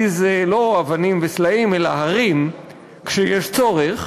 לא אבנים וסלעים אלא הרים כשיש צורך,